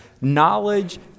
knowledge